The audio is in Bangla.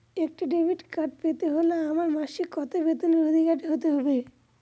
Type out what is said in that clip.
একটা ডেবিট কার্ড পেতে হলে আমার মাসিক কত বেতনের অধিকারি হতে হবে?